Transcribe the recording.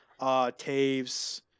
Taves